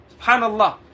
subhanallah